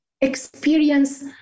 experience